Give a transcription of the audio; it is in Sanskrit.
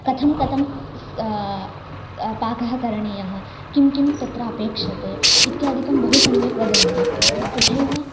कथं कथं सः पाकः करणीयः किं किं तत्र अपेक्ष्यते इत्यादिकं बहु सम्यक् वदन्ति तथैव